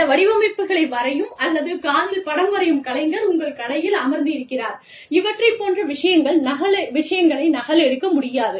இந்த வடிவமைப்புகளை வரையும் அல்லது காரில் படம் வரையும் கலைஞர் உங்கள் கடையில் அமர்ந்து இருக்கிறார் இவற்றைப் போன்ற விஷயங்களை நகல் எடுக்க முடியாது